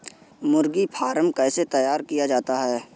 मुर्गी फार्म कैसे तैयार किया जाता है?